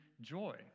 joy